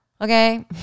okay